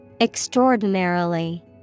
Extraordinarily